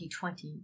2020